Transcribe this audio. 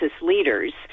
leaders